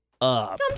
up